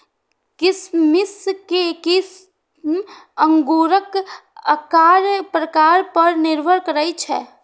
किशमिश के किस्म अंगूरक आकार प्रकार पर निर्भर करै छै